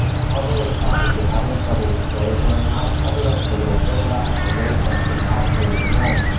cover it up. if you're having trouble with the soil drying out, cover it up with a little burlap or a little extra top coat of mulch,